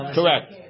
Correct